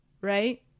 right